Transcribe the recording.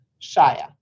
Shia